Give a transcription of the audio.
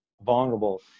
vulnerable